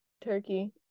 turkey